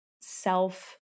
self